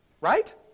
right